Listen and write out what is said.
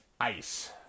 ice